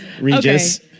Regis